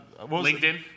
LinkedIn